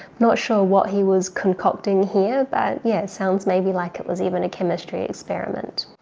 not sure what he was concocting here but yeah it sounds maybe like it was even a chemistry experiment.